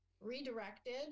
redirected